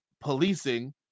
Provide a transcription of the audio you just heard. policing